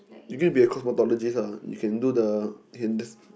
you going to be a cosmetologist you can do the you can just